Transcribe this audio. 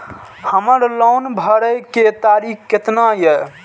हमर लोन भरे के तारीख केतना ये?